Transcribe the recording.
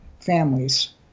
families